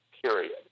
period